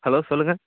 hello சொல்லுங்க